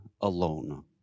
alone